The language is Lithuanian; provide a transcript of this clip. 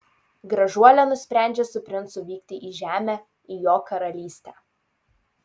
gražuolė nusprendžia su princu vykti į žemę į jo karalystę